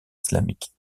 islamiques